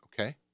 okay